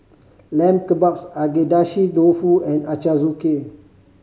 Lamb Kebabs Agedashi Dofu and Ochazuke